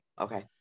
Okay